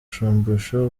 shumbusho